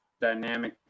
dynamic